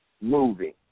moving